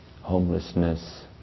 homelessness